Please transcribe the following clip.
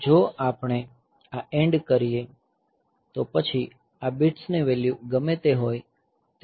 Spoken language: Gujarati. જો આપણે આ એન્ડ કરીએ તો પછી આ બિટ્સની વેલ્યુ ગમે તે હોય